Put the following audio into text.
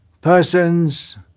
persons